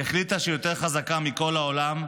והיא החליטה שהיא יותר חזקה מכל העולם,